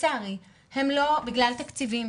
לצערי בגלל תקציבים,